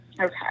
Okay